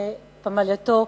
ואת פמלייתו,